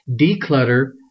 declutter